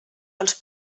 pels